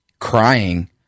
crying